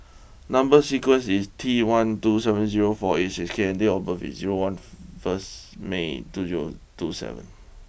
number sequence is T one two seven zero four eight six K and date of birth is zero once first May two zero two seven